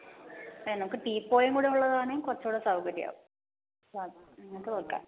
ഏയ് നമുക്ക് ടീപ്പോയി കൂടി ഉള്ളതാണെങ്കിൽ കുറച്ച് കൂടി സൗകര്യം ആവും ആ അങ്ങനത്തേത് നോക്കാം